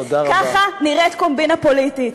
ככה נראית קומבינה פוליטית.